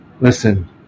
Listen